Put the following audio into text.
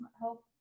help